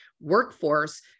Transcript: workforce